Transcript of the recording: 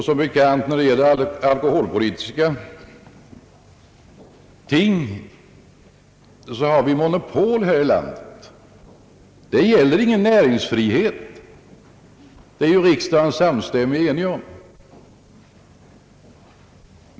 Som bekant har vi monopol här i landet när det gäller alkoholpolitiska ting. Där gäller ingen näringsfrihet, det är ju riksdagen enig om.